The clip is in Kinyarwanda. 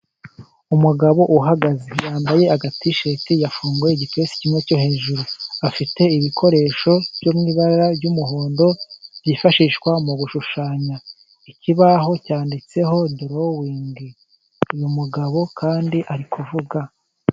Umugabo uhagaze, yambaye aga tisheti, yafunguye igipesi kimwe cyo hejuru. Afite ibikoresho byo mw'ibara ry'umuhondo, byifashishwa mu gushushanya. Ikibaho cyanditseho dorowiningi. Uyu mugabo kandi ari kuvuga.